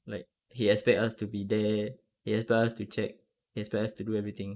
like he expect us to be there he expect us to check he expect us to do everything